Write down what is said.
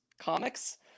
comics